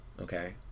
Okay